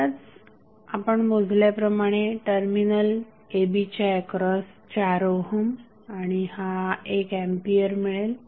आत्ताच आपण मोजल्याप्रमाणे टर्मिनल a b च्या एक्रॉस 4 ओहम आणि हा 1 एंपियर मिळेल